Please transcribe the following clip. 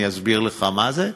אני אסביר לך מה זה: